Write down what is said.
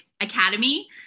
academy